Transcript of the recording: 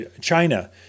China